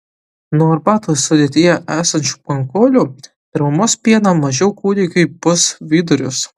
nuo arbatos sudėtyje esančių pankolių per mamos pieną mažiau kūdikiui pūs vidurius